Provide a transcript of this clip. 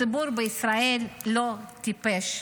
הציבור בישראל לא טיפש.